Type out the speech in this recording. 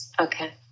Okay